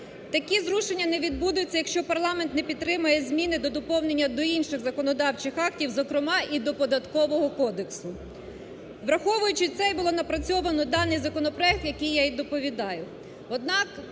Такі зрушення не відбудуться, якщо парламент не підтримає зміни та доповнення до інших законодавчих актів, зокрема, і до Податкового кодексу. Враховуючи це, було напрацьовано даний законопроект, який я і доповідаю.